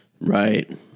Right